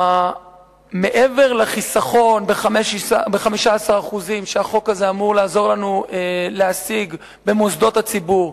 מעבר לחיסכון ב-15% שהחוק הזה אמור לעזור לנו להשיג במוסדות הציבור,